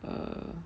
uh